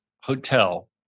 hotel